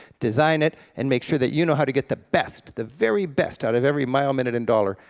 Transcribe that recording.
design it, and make sure that you know how to get the best, the very best out of every mile, minute, and dollar,